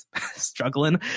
struggling